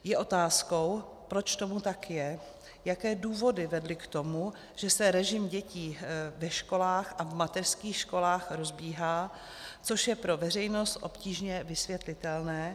Je otázkou, proč tomu tak je, jaké důvody vedly k tomu, že se režim dětí ve školách a v mateřských školách rozbíhá, což je pro veřejnost obtížně vysvětlitelné.